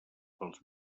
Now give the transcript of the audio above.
pels